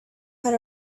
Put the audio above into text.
had